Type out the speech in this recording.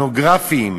הפורנוגרפיים.